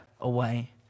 away